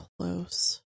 close